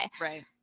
Right